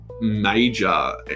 Major